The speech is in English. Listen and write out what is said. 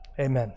Amen